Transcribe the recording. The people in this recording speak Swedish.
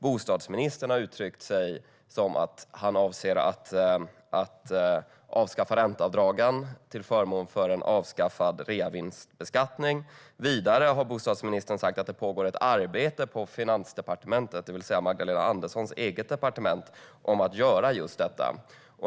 Bostadsministern har ju uttryckt sig som om han avser att avskaffa ränteavdragen till förmån för en avskaffad reavinstbeskattning. Vidare har bostadsministern sagt att det pågår ett arbete på Finansdepartementet, det vill säga Magdalena Anderssons departement, med just detta.